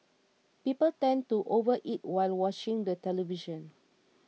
people tend to overeat while watching the television